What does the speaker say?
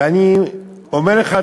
ואני אומר לך,